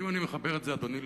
אבל אם אני מחבר את זה, אדוני,